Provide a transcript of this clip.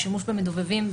שימוש במדובבים.